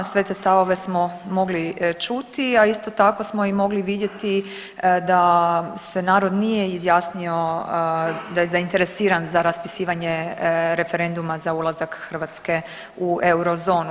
Sve te stavove smo mogli čuti, a isto tako smo i mogli vidjeti da se narod nije izjasnio da je zainteresiran za raspisivanje referenduma za ulazak Hrvatske u euro zonu.